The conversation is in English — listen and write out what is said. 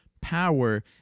Power